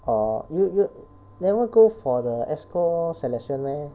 orh you you never go for the EXCO selection meh